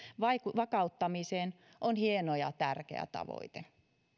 vakauttamiseen on hieno ja tärkeä tavoite